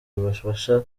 bibafasha